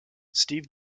steve